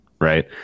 right